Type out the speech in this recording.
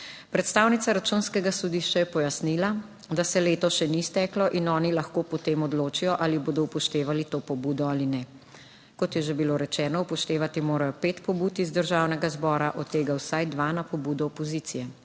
Predstavnica Računskega sodišča je pojasnila, da se leto še ni izteklo, in oni lahko potem odločijo, ali bodo upoštevali to pobudo ali ne. Kot je že bilo rečeno, upoštevati morajo pet pobud iz Državnega zbora, od tega vsaj dve na pobudo opozicije.